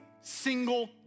single